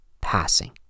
passing